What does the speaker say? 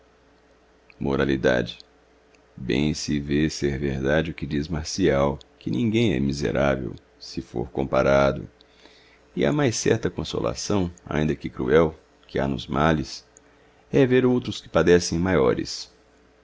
t bem se vê ser verdade o que diz marcial que ninguém é miserável se for conmárado e há mais certa consolação ainda qué xj cruel y que ha nos males he vêr i outros que os padecem maiores